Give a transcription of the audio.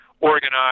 organize